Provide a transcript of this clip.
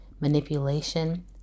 manipulation